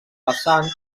vessant